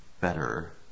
better